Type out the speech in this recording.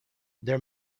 there